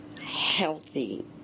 healthy